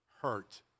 hurt